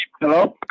Hello